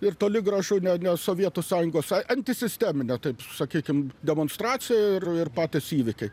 ir toli gražu ne sovietų sąjungos antisisteminė taip sakykim demonstracija ir patys įvykiai